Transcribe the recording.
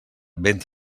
vent